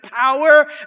power